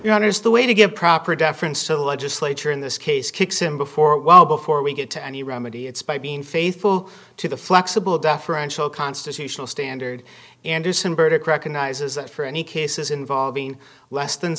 is the way to get proper deference to the legislature in this case kicks him before well before we get to any remedy it's by being faithful to the flexible deferential constitutional standard anderson burdick recognizes that for any cases involving less than